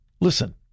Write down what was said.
Listen